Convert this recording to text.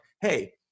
hey